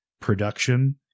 production